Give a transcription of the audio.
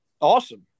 Awesome